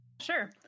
Sure